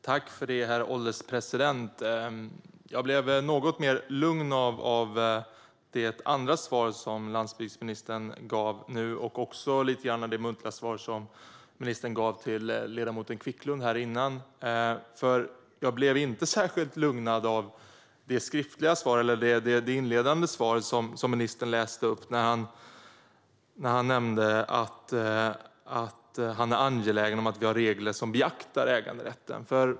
Herr ålderspresident! Jag blev något lugnare av det andra svar som landsbygdsministern gav nu och även lite grann av det svar som ministern gav ledamoten Quicklund tidigare. Jag blev nämligen inte särskild lugnad av ministerns inledande svar där han nämnde att han är angelägen om att vi har regler som beaktar äganderätten.